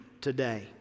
today